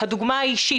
הדוגמה האישית,